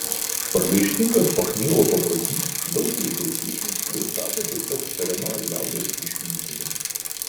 pragaištingas pachmielo paprotys daugeliui tautiečių jau tapo tiesiog tariama liaudies išmintimi